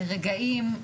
לרגעים,